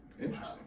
Interesting